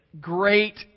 great